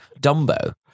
Dumbo